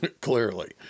Clearly